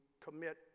commit